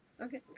Okay